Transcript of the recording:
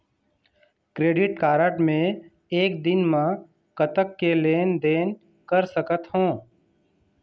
Credit card मे एक दिन म कतक के लेन देन कर सकत हो?